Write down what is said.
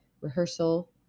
rehearsal